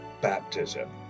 baptism